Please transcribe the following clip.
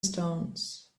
stones